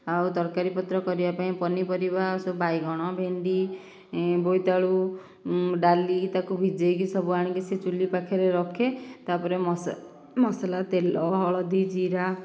ଆଉ ତରକାରୀପତ୍ର କରିବାପାଇଁ ପନିପରିବା ଆଉ ସବୁ ବାଇଗଣ ଭେଣ୍ଡି ବୋଇତିଆଳୁ ଡାଲି ତାକୁ ଭିଜାଇକି ସବୁ ଆଣିକି ସେ ଚୁଲି ପାଖରେ ରଖେ ତାପରେ ମସଲା ତେଲ ହଳଦୀ ଜୀରା